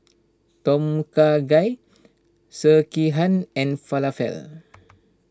Tom Kha Gai Sekihan and Falafel